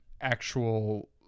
actual